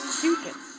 Stupid